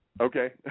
Okay